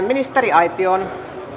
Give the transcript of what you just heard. ministeriaitioon